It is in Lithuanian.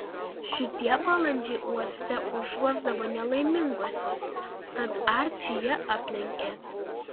šitie balandžiai uoste užuosdavo nelaiminguosius tad arčį jie aplenkė